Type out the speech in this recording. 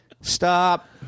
Stop